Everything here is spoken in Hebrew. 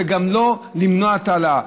וגם בלא למנוע את ההעלאה.